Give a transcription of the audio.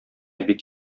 бик